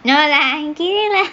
no lah I'm kidding lah